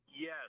Yes